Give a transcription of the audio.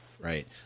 right